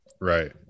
right